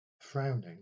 Frowning